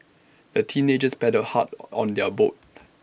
the teenagers paddled hard on their boat